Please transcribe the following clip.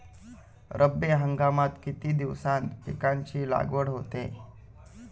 रब्बी हंगामात किती दिवसांत पिकांची लागवड होते?